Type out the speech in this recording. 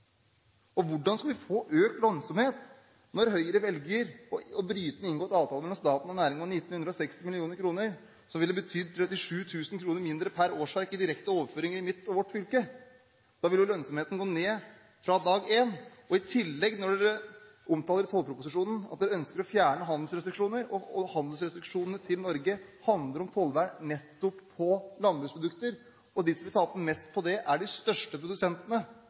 og hvordan skal vi få økt lønnsomhet når Høyre ønsker å bryte en inngått avtale mellom staten og næringen om 1 960 mill. kr, som ville betydd 37 000 kr mindre per årsverk i direkte overføringer i mitt – og vårt – fylke? Da ville jo lønnsomheten gå ned fra dag én. I tillegg – når man omtaler tollproposisjonen – ønsker man å fjerne handelsrestriksjoner. Handelsrestriksjonene til Norge handler om tollvern nettopp på landbruksprodukter. De som vil tape mest på det, er de største produsentene